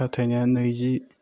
खाथायनाया नैजि